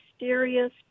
mysterious